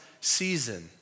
season